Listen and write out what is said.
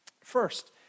First